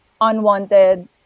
unwanted